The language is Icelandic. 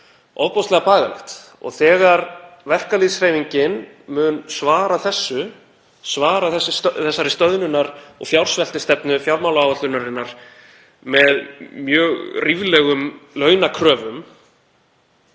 ofboðslega bagalegt. Og þegar verkalýðshreyfingin mun svara þessu, svara þessari stöðnunar- og fjársveltistefnu fjármálaáætlunarinnar með mjög ríflegum launakröfum